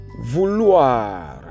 Vouloir